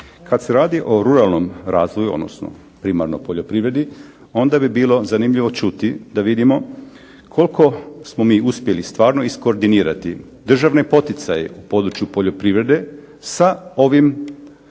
Kad se radi o ruralnom razvoju, odnosno primarno poljoprivredi onda bi bilo zanimljivo čuti da vidimo koliko smo mi uspjeli stvarno iskordinirati državne poticaje u području poljoprivrede sa ovim